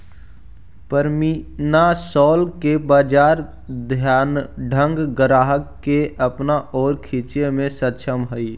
pashmina shawl के बाजार धनाढ्य ग्राहक के अपना ओर खींचे में सक्षम हई